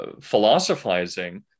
philosophizing